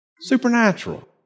Supernatural